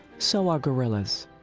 so are gorillas.